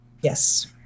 Yes